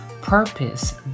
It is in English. purpose